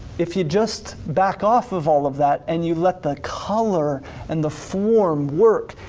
if you just back off of all of that and you let the color and the form work,